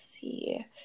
see